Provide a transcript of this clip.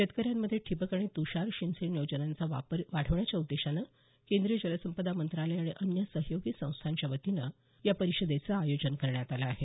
शेतकऱ्यांमध्ये ठिबक आणि तुषार सिंचन योजनांचा वापर वाढवण्याच्या उद्देशानं केंद्रीय जलसंपदा मंत्रालय आणि अन्य सहयोगी संस्थांच्यावतीनं या परिषदेचं आयोजन करण्यात आलं आहे